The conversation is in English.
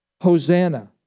Hosanna